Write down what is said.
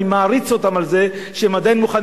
אני מעריץ אותם על זה שהם עדיין מוכנים